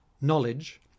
knowledge